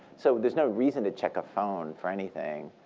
so there's no reason to check a phone for anything,